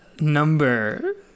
number